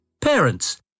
Parents